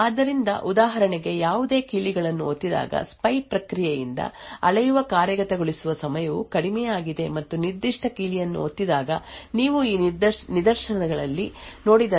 ಆದ್ದರಿಂದ ಉದಾಹರಣೆಗೆ ಯಾವುದೇ ಕೀಲಿಗಳನ್ನು ಒತ್ತಿದಾಗ ಸ್ಪೈ ಪ್ರಕ್ರಿಯೆಯಿಂದ ಅಳೆಯುವ ಕಾರ್ಯಗತಗೊಳಿಸುವ ಸಮಯವು ಕಡಿಮೆಯಾಗಿದೆ ಮತ್ತು ನಿರ್ದಿಷ್ಟ ಕೀಲಿಯನ್ನು ಒತ್ತಿದಾಗ ನೀವು ಈ ನಿದರ್ಶನಗಳಲ್ಲಿ ನೋಡಿದಂತೆ ನಾವು ಎಕ್ಸಿಕ್ಯೂಶನ್ ಸಮಯದಲ್ಲಿ ಹೆಚ್ಚಳವನ್ನು ನೋಡುತ್ತೇವೆ